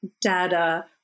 data